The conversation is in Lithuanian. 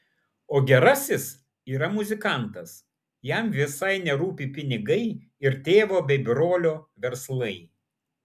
o gerasis yra muzikantas jam visai nerūpi pinigai ir tėvo bei brolio verslai